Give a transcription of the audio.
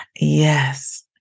Yes